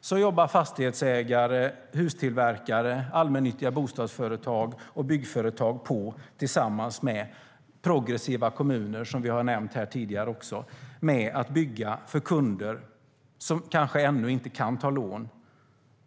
Samtidigt jobbar fastighetsägare, hustillverkare, allmännyttiga bostadsföretag och byggföretag tillsammans med progressiva kommuner, som vi har nämnt tidigare, med att bygga för kunder som kanske ännu inte kan ta lån